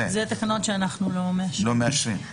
אלה תקנות שאנחנו לא מאשרים.